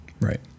Right